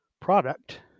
product